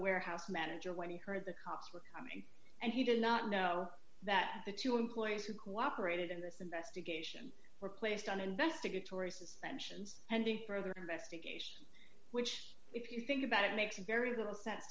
warehouse manager when he heard the cops were coming and he did not know that the two employees who cooperated in this investigation were placed on investigatory suspensions pending further investigation which if you think about it makes very little sense